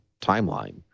timeline